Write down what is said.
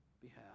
behalf